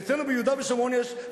אצלנו ביהודה ושומרון יש,